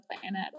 planet